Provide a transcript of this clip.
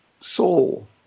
soul